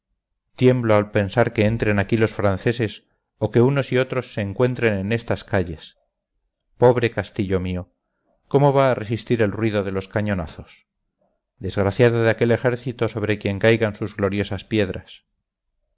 tiemblo al pensar que entren aquí los franceses o que unos y otros se encuentren en estas calles pobre castillo mío cómo va a resistir el ruido de los cañonazos desgraciado de aquel ejército sobre quien caigan sus gloriosas piedras